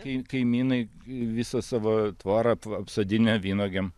kai kaimynai visą savo tvorą apsodinę vynuogėm